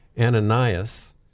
Ananias